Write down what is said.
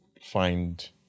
find